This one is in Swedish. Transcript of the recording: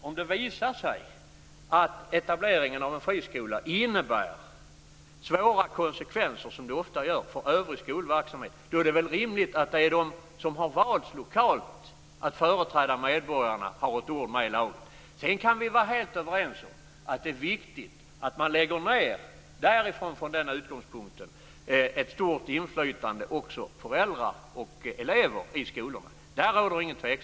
Om det visar sig att etableringen av en friskola får svåra konsekvenser, som den ofta får, för övrig skolverksamhet så är det väl rimligt att de som lokalt har valts att företräda medborgarna har ett ord med i laget. Vi kan vara helt överens om att det är viktig att man från denna utgångspunkt har ett stort inflytande också från föräldrar och elever i skolorna. Därom råder ingen tveksamhet.